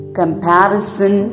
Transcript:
comparison